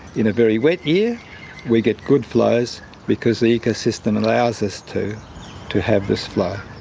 in a very wet year we get good flows because the ecosystem allows us to to have this flow.